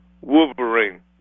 Wolverine